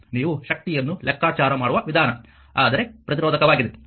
ನೀವು ಶಕ್ತಿಯನ್ನು ಲೆಕ್ಕಾಚಾರ ಮಾಡುವ ವಿಧಾನ ಆದರೆ ಪ್ರತಿರೋಧಕವಾಗಿದೆ